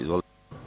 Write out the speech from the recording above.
Izvolite.